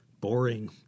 boring